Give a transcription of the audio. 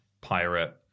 pirate